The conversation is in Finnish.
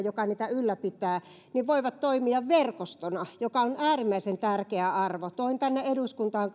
joka niitä ylläpitää voivat toimia verkostona mikä on äärimmäisen tärkeä arvo toin tänne eduskuntaan